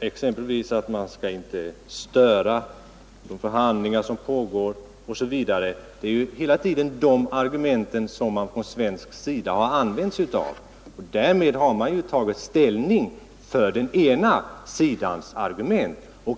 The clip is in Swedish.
exempelvis att man inte skall störa de förhandlingar som pågår. Hela tiden är det de argumenten som man från svensk sida flitigt använt sig av i debatten, och därmed har man tagit ställning för den ena sidans argument.